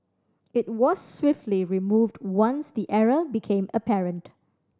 it was swiftly removed once the error became apparent